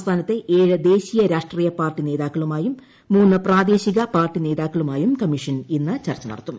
സംസ്ഥാനത്തെ ഏഴ് ദേശീയ രാഷ്ട്രീയ പാർട്ടി നേതാക്കളുമായും മൂന്ന് പ്രാദേശിക പാർട്ടി നേതാക്കളുമായും കമ്മീഷ്ടൻ ഇന്ന് ചർച്ച നടത്തും